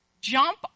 Jump